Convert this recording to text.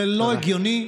זה לא הגיוני.